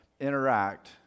interact